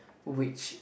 which